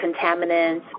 contaminants